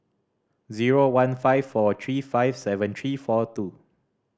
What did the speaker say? zero one five four three five seven three four two